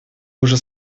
уже